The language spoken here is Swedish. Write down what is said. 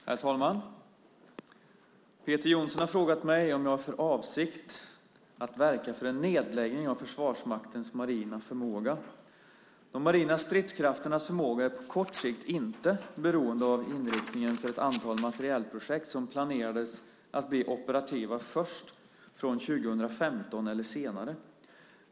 Herr talman! Peter Jonsson har frågat mig om jag har för avsikt att verka för en nedläggning av Försvarsmaktens marina förmåga. De marina stridskrafternas förmåga är på kort sikt inte beroende av inriktningen för ett antal materielprojekt som planerades att bli operativa först från 2015 eller senare.